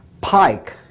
Pike